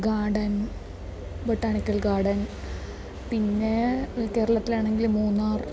garden botanical garden പിന്നെ കേരളത്തിലാണെങ്കിൽ മൂന്നാർ